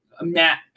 Matt